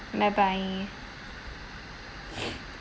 bye bye